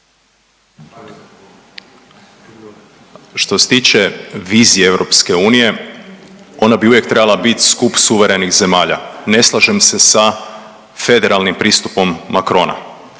Što se tiče vizije EU ona bi uvijek trebala biti skup suverenih zemalja. Ne slažem se sa federalnim pristupom Macrona,